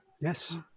Yes